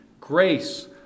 grace